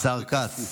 השר כץ.